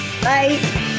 Bye